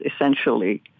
essentially